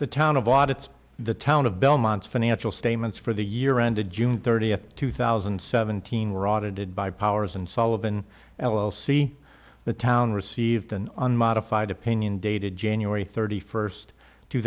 the town of audits the town of belmont financial statements for the year ended june thirtieth two thousand and seventeen were audited by powers and sullivan l l c the town received an unmodified opinion dated january thirty first two